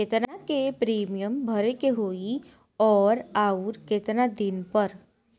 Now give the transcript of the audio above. केतना के प्रीमियम भरे के होई और आऊर केतना दिन पर?